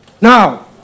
Now